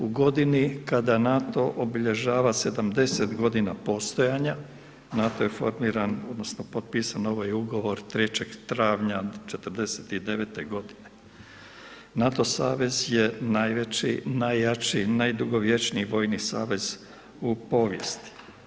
U godini kada NATO obilježava 70 g. postojanja, NATO je formiran, odnosno, potpisan ovaj ugovor, 3. travnja '49. g. NATO savez je najveći, najjači, najdugovječniji vojni savez u povijesti.